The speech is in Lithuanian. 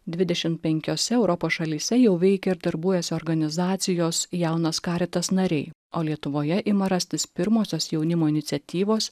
dvidešimt penkiose europos šalyse jau veikia ir darbuojasi organizacijos jaunas karitas nariai o lietuvoje ima rastis pirmosios jaunimo iniciatyvos